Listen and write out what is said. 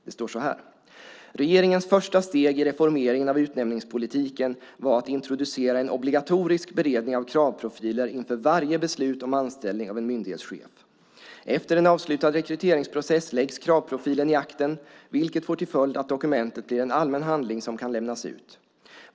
Det står så här: "Regeringens första steg i reformeringen av utnämningspolitiken var att introducera en obligatorisk beredning av kravprofiler inför varje beslut om anställning av en myndighetschef. - Efter en avslutad rekryteringsprocess läggs kravprofilen i akten, vilket får till följd att dokumentet blir en allmän handling som kan lämnas ut.